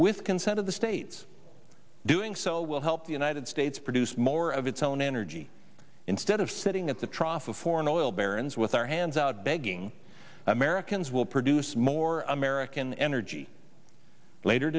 with consent of the states doing so will help the united states produce more of its own energy instead of sitting at the trough of foreign oil barons with our hands out begging americans will produce more american energy later